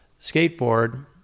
skateboard